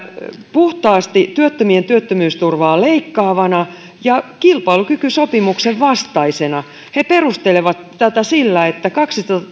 puhtaasti työttömien työttömyysturvaa leikkaavana ja kilpailukykysopimuksen vastaisena he perustelevat tätä sillä että kaksisataa